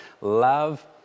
love